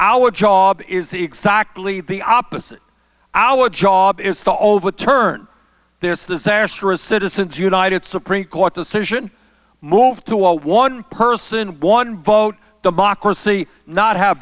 our job is exactly the opposite our job is to overturn this disastrous citizens united supreme court decision move to a one person one vote democracy not have